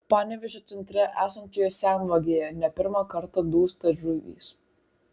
panevėžio centre esančioje senvagėje ne pirmą kartą dūsta žuvys